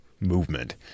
movement